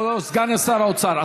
או סגן שר האוצר?